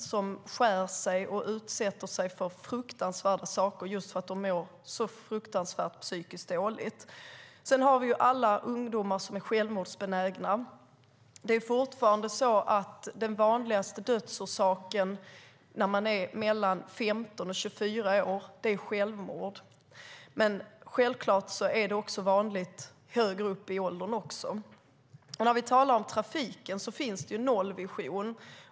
De skär sig och utsätter sig för fruktansvärda saker just för att de mår fruktansvärt dåligt psykiskt. Sedan har vi alla ungdomar som är självmordsbenägna. Fortfarande är självmord den vanligaste dödsorsaken bland dem mellan 15 och 24 år. Men självklart är det vanligt också högre upp i åldern. I trafiken finns det en nollvision.